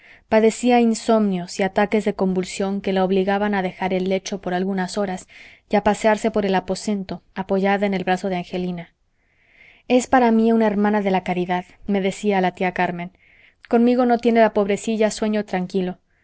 padecía insomnios y ataques de convulsión que la obligaban a dejar el lecho por algunas horas y a pasearse por el aposento apoyada en el brazo de angelina es para mí una hermana de la caridad me decía la tía carmen conmigo no tiene la pobrecilla sueño tranquilo